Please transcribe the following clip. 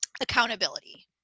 accountability